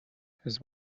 his